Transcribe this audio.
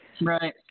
right